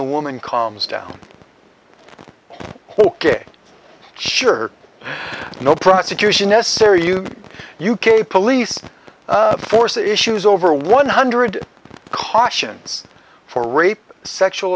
the woman calms down ok sure no prosecution necessary you u k police force issues over one hundred cautions for rape sexual